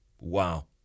wow